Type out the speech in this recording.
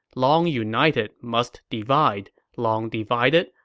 long united, must divide long divided,